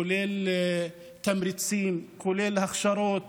כולל תמריצים, כולל הכשרות